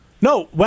No